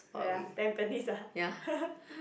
wait ah tampines ah